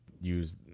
use